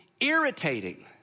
irritating